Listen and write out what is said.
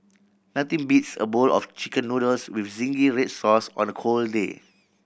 nothing beats a bowl of Chicken Noodles with zingy red sauce on a cold day